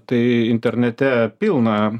tai internete pilna